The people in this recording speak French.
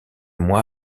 mois